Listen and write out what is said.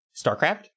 starcraft